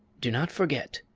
do not forget.